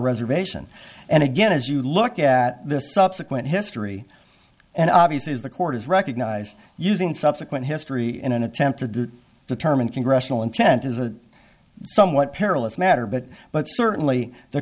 reservation and again as you look at this subsequent history and obviously is the court is recognized using subsequent history in an attempt to determine congressional intent is a somewhat perilous matter but but certainly the